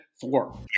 four